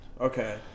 Okay